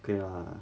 okay lah